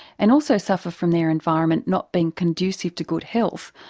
and also suffer from their environment not being conducive to good health,